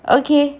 okay